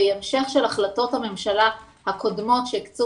והיא המשך של החלטות הממשלה הקודמות שהקצו